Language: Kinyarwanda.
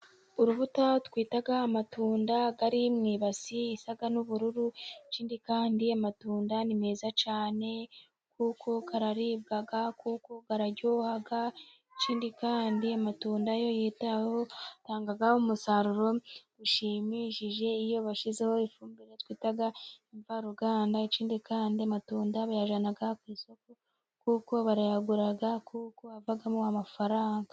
Urubuto twita amatunda ari mu ibase isa n'ubururu ,kandi amatunda ni meza cyane kuko araribwa kuko araryoha, ikindi kandi amatunda iyo yitaweho atanga umusaruro ushimishije, iyo bashyizeho ifumbire twita imvaruganda, ikindi kandi amatunda bayajyana ku isoko, kuko barayagura, kuko avamo amafaranga.